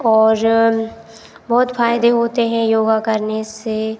और बहुत फ़ायदे होते हैं योगा करने से